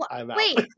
wait